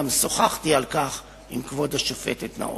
גם שוחחתי על כך עם כבוד השופטת נאור.